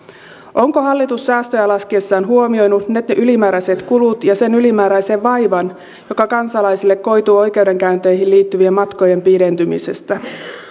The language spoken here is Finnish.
onko hallitus säästöjä laskiessaan huomioinut ne ne ylimääräiset kulut ja sen ylimääräisen vaivan jotka kansalaisille koituvat oikeudenkäynteihin liittyvien matkojen pidentymisestä